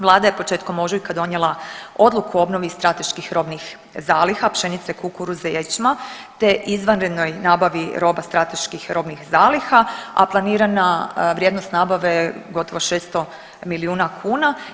Vlada je početkom ožujka donijela Odluku o obnovi strateških robnih zaliha pšenice, kukuruza, ječma, te izvanrednoj nabavi roba strateških robnih zaliha a planirana vrijednost nabave gotovo 600 milijuna kuna.